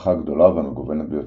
המשפחה הגדולה והמגוונת ביותר,